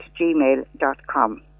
gmail.com